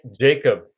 Jacob